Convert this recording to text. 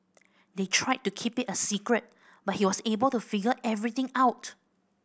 they tried to keep it a secret but he was able to figure everything out